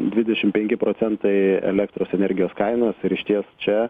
dvidešim penki procentai elektros energijos kainos ir išties čia